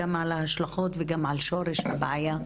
גם על ההשלכות וגם על שורש הבעיה.